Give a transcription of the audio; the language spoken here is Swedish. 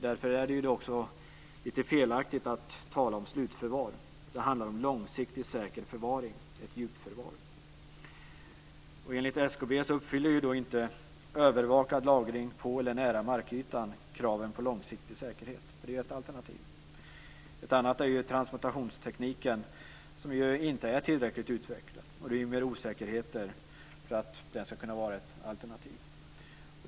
Därför är det lite felaktigt att tala om slutförvar. Det handlar om långsiktig säker förvaring, ett djupförvar. Enligt SKB uppfyller inte övervakad lagring på eller nära markytan kraven på långsiktig säkerhet, som ju skulle kunna vara ett alternativ. Ett annat är transmutationstekniken, som inte är tillräckligt utvecklad och som rymmer osäkerheter om den ska kunna vara ett alternativ.